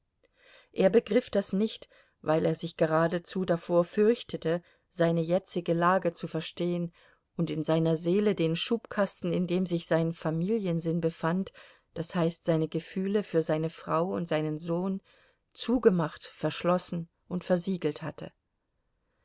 er begriff das nicht weil er sich geradezu davor fürchtete seine jetzige lage zu verstehen und in seiner seele den schubkasten in dem sich sein familiensinn befand das heißt seine gefühle für seine frau und seinen sohn zugemacht verschlossen und versiegelt hatte